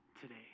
today